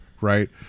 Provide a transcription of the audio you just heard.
right